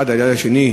אחת ליד השנייה,